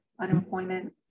unemployment